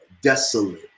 desolate